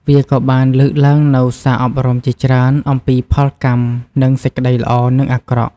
វាក៏បានលើកឡើងនូវសារអប់រំជាច្រើនអំពីផលកម្មនិងសេចក្តីល្អនិងអាក្រក់។